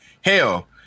hell